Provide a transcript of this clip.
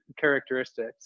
characteristics